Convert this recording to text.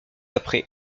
après